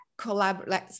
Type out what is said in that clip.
collaborate